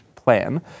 plan